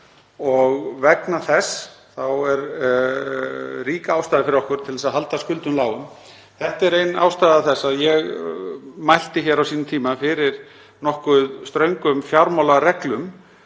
og vegna þess er rík ástæða fyrir okkur til að halda skuldum lágum. Þetta er ein ástæða þess að ég mælti á sínum tíma fyrir nokkuð ströngum fjármálareglum,